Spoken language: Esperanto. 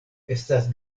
estas